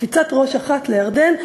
בקפיצת ראש אחת לירדן.